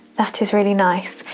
that is really nice.